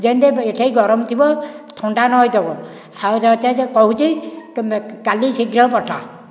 ଯେମିତି ଏଇଠି ଗରମ ଥିବ ଥଣ୍ଡା ନ ହୋଇଥିବ ହେଉ କହୁଛି କାଲି ଶୀଘ୍ର ପଠା